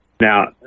Now